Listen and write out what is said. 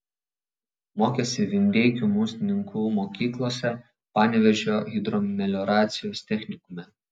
mokėsi vindeikių musninkų mokyklose panevėžio hidromelioracijos technikume